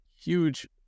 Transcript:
huge